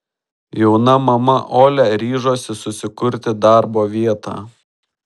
jauna mama olia ryžosi susikurti darbo vietą